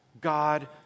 God